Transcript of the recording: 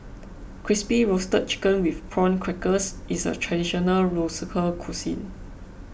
Crispy Roasted Chicken with Prawn Crackers is a Traditional Local Cuisine